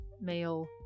male